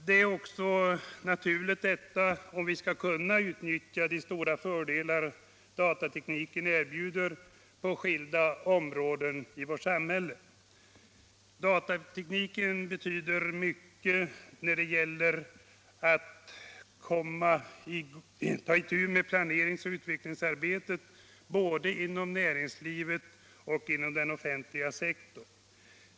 Detta är också naturligt om vi skall kunna utnyttja de stora fördelar datatekniken erbjuder på skilda områden i vårt samhälle: Datatekniken betyder mycket när det gäller att ta itu med planerings och utvecklingsarbetet, både inom näringslivet och inom den offentliga sektorn.